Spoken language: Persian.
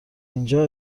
اینجا